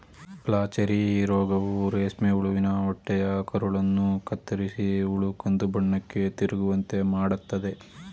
flacherie ಈ ರೋಗವು ರೇಷ್ಮೆ ಹುಳುವಿನ ಹೊಟ್ಟೆಯ ಕರುಳನ್ನು ಕತ್ತರಿಸಿ ಹುಳು ಕಂದುಬಣ್ಣಕ್ಕೆ ತಿರುಗುವಂತೆ ಮಾಡತ್ತದೆ